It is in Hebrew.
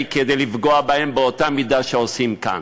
כדי לפגוע בהם באותה המידה שעושים כאן.